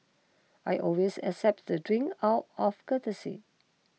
I always accept the drinks out of courtesy